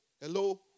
Hello